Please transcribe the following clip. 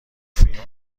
فیلم